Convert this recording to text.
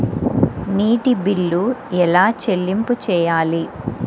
నీటి బిల్లు ఎలా చెల్లింపు చేయాలి?